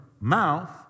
mouth